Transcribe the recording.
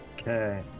Okay